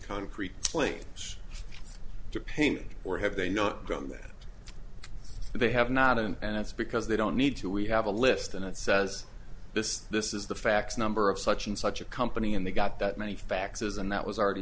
concrete claims to paint or have they not done that they have not and it's because they don't need to we have a list and it says this this is the fax number of such and such a company and they got that many faxes and that was already